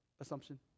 assumption